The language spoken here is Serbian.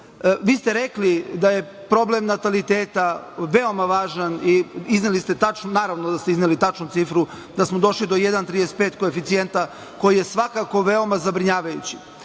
Vi ste rekli da je problem nataliteta veoma važan i izneli ste tačnu cifru, da smo došli do 1.35 koeficijenta koji je svakako veoma zabrinjavajući,